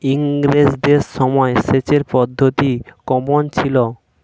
ইঙরেজদের সময় সেচের পদ্ধতি কমন ছিল?